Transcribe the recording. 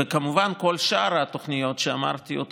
וכמובן לכל שאר התוכניות שאמרתי אותו